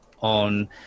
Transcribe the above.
on